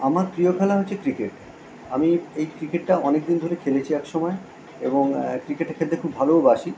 আমার প্রিয় খেলা হচ্ছে ক্রিকেট আমি এই ক্রিকেটটা অনেক দিন ধরে খেলেছি এক সমায় এবং ক্রিকেটটা খেলতে খুব ভালোবাসি